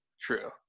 True